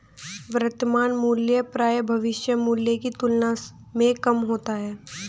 वर्तमान मूल्य प्रायः भविष्य मूल्य की तुलना में कम होता है